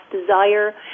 desire